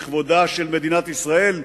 לכבודה של מדינת ישראל,